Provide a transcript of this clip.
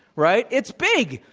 right? it's big.